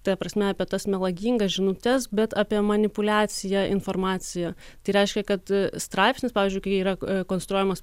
ta prasme apie tas melagingas žinutes bet apie manipuliaciją informacija tai reiškia kad straipsnis pavyzdžiui kai ji yra konstruojamas